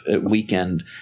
weekend